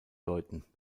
deuten